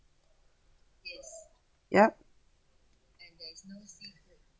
yup